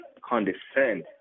condescend